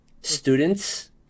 students